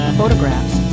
photographs